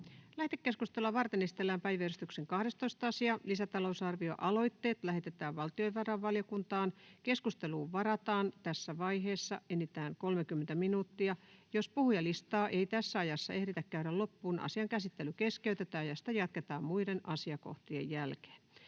Lähetekeskustelua varten esitellään päiväjärjestyksen 9. asia. Puhemiesneuvosto ehdottaa, että asia lähetetään ulkoasiainvaliokuntaan. Keskusteluun varataan tässä vaiheessa enintään 30 minuuttia. Jos puhujalistaa ei tässä ajassa ehditä käydä loppuun, asian käsittely keskeytetään ja sitä jatketaan muiden asiakohtien jälkeen.